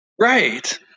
right